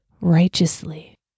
righteously